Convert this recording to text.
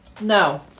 No